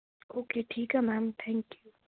okay ਠੀਕ ਆ ma'am thank you